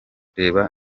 reba